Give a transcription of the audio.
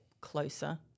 closer